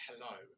hello